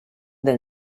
del